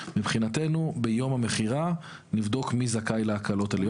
מבחינתנו ביום המכירה נבדוק מי זכאי להקלות האלה.